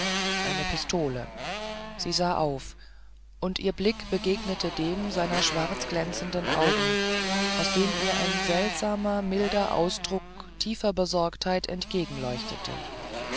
eine pistole sie sah auf und ihr blick begegnete dem seiner schwarzglänzenden augen aus dem ihr ein seltsamer milder ausdruck tiefer besorgtheit entgegen